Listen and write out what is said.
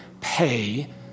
pay